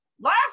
Last